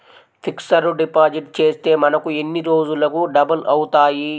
Fixed deposit చేస్తే మనకు ఎన్ని రోజులకు డబల్ అవుతాయి?